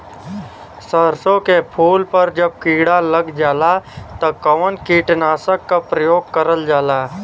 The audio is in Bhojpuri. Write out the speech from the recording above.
सरसो के फूल पर जब किड़ा लग जाला त कवन कीटनाशक क प्रयोग करल जाला?